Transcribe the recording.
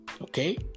okay